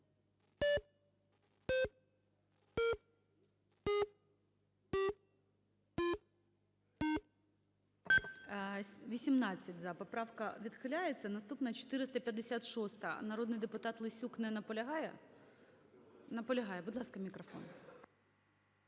За-18 Поправка відхиляється. Наступна 456-а. Народний депутат Лесюк не наполягає? Наполягає. Будь ласка, мікрофон.